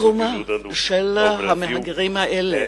התרומה של המהגרים האלה